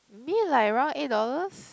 I mean like around eight dollars